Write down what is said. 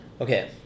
Okay